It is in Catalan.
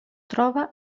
troba